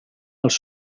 els